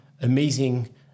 amazing